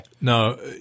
no